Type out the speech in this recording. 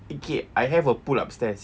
okay I have a pool upstairs